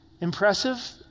Impressive